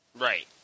Right